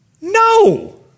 No